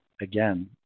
again